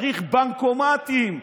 צריך בנקומטים,